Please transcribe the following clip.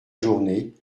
journée